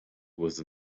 was